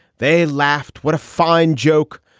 they laughed. what a fine joke,